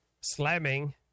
slamming